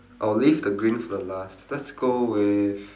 I'll leave the green for the last let's go with